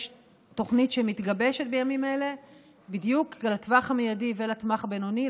יש תוכנית שמתגבשת בימים אלה בדיוק לטווח המיידי ולטווח הבינוני,